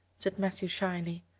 said matthew shyly.